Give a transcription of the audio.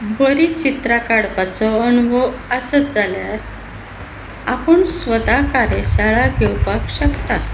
बरीं चित्रां काडपाचो अणभव आसत जाल्यार आपूण स्वता कार्यशाळा घेवपाक शकता